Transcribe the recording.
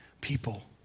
people